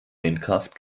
windkraft